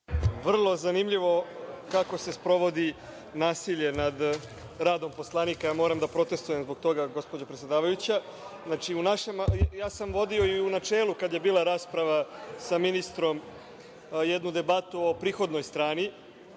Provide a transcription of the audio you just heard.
Vrlo zanimljivo kako se sprovodi nasilje nad radom poslanika. Ja moram da protestujem zbog toga, gospođo predsedavajuća. Kada je bila rasprava u načelu, vodio sam sa ministrom jednu debatu o prihodnoj strani